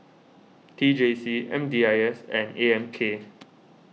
T J C M D I S and A M K